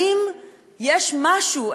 האם יש משהו,